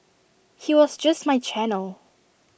he was just my channel